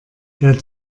der